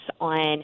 on